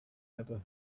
never